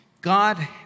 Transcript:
God